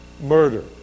murder